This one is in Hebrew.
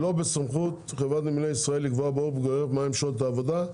לא בסמכות חברת נמלי ישראל לקבוע מה הן שעות העבודה.